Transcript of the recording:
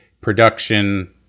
production